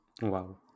Wow